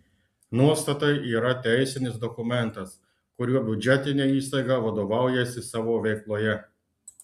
nuostatai yra teisinis dokumentas kuriuo biudžetinė įstaiga vadovaujasi savo veikloje